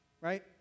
Right